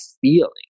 feeling